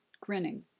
grinning